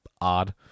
odd